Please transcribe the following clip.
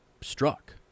struck